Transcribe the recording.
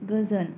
गोजोन